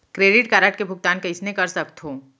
Credit card के भुगतान कईसने कर सकथो?